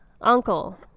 Uncle